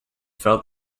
felt